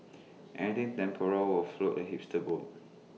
anything temporal will float A hipster's boat